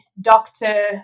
doctor